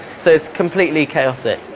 so it's completely chaotic.